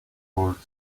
good